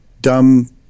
dumb